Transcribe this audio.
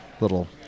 little